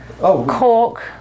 cork